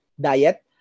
diet